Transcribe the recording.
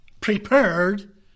prepared